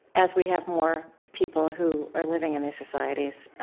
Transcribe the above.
as we have more people who are living in these societies,